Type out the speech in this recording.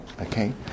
Okay